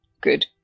Good